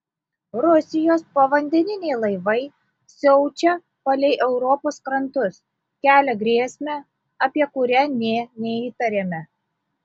rusijos povandeniniai laivai siaučia palei europos krantus kelia grėsmę apie kurią nė neįtarėme